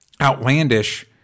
outlandish